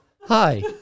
hi